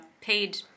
paid